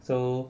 so